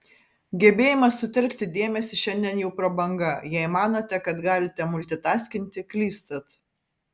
gebėjimas sutelkti dėmesį šiandien jau prabanga jei manote kad galite multitaskinti klystat